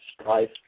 strife